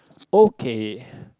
okay